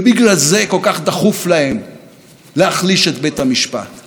בגלל זה לא אכפת להם לפרק מבפנים את החברה הישראלית.